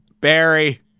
Barry